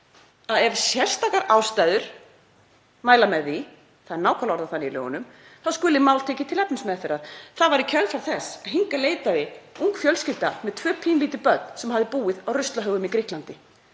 að ef sérstakar ástæður mæltu með því, það er nákvæmlega orðað þannig í lögunum, þá skyldu mál tekin til efnismeðferðar. Það var í kjölfar þess að hingað leitaði ung fjölskylda með tvö pínulítil börn sem hafði búið á ruslahaugum í Grikklandi.